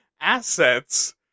assets